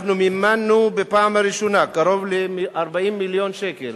אנחנו מימנו בפעם הראשונה בקרוב ל-40 מיליון שקל